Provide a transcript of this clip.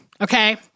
okay